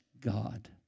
God